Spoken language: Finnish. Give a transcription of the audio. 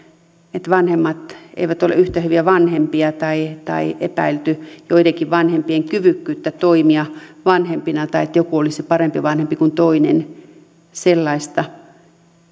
että vanhemmat eivät ole yhtä hyviä vanhempia tai että olisi epäilty joidenkin vanhempien kyvykkyyttä toimia vanhempina tai tuotu esiin että joku olisi parempi vanhempi kuin toinen sellaista en